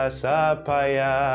sapaya